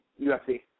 UFC